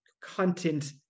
content